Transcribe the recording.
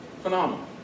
Phenomenal